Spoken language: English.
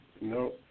No